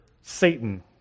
Satan